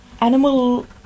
Animal